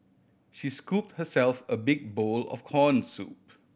she scoop herself a big bowl of corn soup